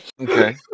Okay